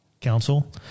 Council